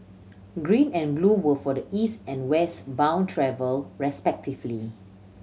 green and blue were for the East and West bound travel respectively